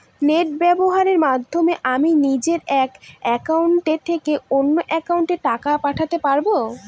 Net ব্যবহারের মাধ্যমে আমি নিজে এক অ্যাকাউন্টের থেকে অন্য অ্যাকাউন্টে টাকা পাঠাতে পারব?